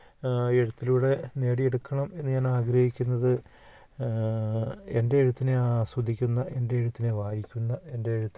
എഴുത്തിലൂടെ നേടിയെടുക്കണം എന്നു ഞാൻ ആഗ്രഹിക്കുന്നത് എൻ്റെ എഴുത്തിനെ ആസ്വദിക്കുന്ന എൻ്റെ എഴുത്തിനെ വായിക്കുന്ന എൻ്റെ എഴുത്തിനെ